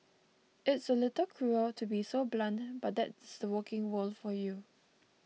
it's a little cruel to be so blunt but that's the working world for you